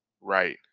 Right